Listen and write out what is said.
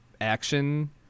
action